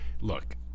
look